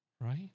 right